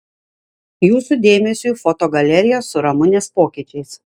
jūsų dėmesiui foto galerija su ramunės pokyčiais